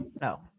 No